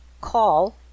call